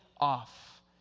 off